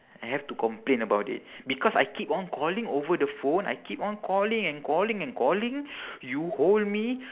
I have to complain about it because I keep on calling over the phone I keep on calling and calling and calling you hold me